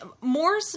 more